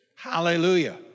Hallelujah